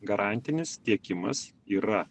garantinis tiekimas yra